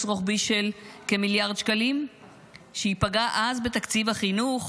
רוחבי של כמיליארד שקלים כשהיא פגעה אז בתקציב החינוך?